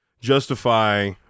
justify